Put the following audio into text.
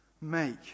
make